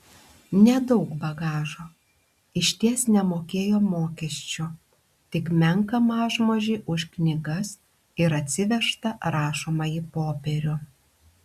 nedaug bagažo išties nemokėjo mokesčių tik menką mažmožį už knygas ir atsivežtą rašomąjį popierių